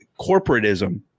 corporatism